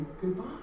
goodbye